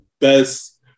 best